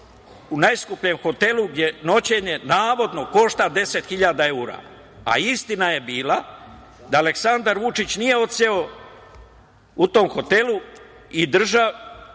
u najskupljem hotelu, gde noćenje navodno košta 10.000 evra. Istina je bila da Aleksandar Vučić nije odseo u tom hotelu i da